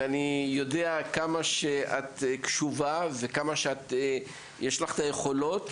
ואני יודע כמה את קשובה וכמה יש לך היכולות.